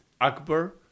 Akbar